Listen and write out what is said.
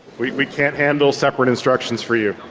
we can't handle separate instructions for you.